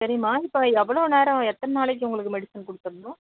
சரிம்மா இப்போது எவ்வளோ நேரம் எத்தின நாளைக்கு உங்களுக்கு மெடிஷன் கொடுத்துருந்தோம்